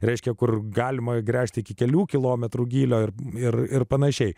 reiškia kur galima gręžti iki kelių kilometrų gylio ir ir panašiai